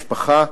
"משפחה",